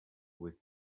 with